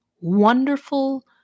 wonderful